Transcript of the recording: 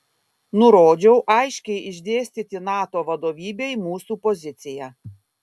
nurodžiau aiškiai išdėstyti nato vadovybei mūsų poziciją